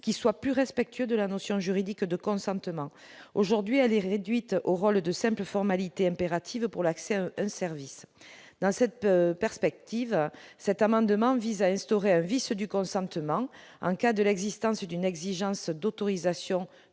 qui soient plus respectueux de la notion juridique de consentement, aujourd'hui elle est réduite au rôle de simple formalité impérative pour l'accès à un service dans cette perspective, cet amendement vise à instaurer un vice du consentement, un cas de l'existence d'une exigence d'autorisation